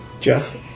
jeff